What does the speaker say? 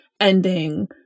ending